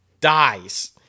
dies